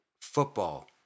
football